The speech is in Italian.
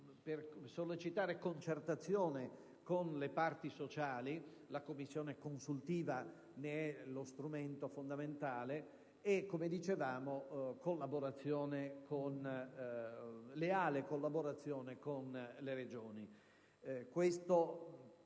di sollecitare concertazione con le parti sociali (la commissione consultiva ne è lo strumento fondamentale) e leale collaborazione con le Regioni.